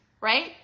right